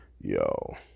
Yo